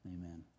Amen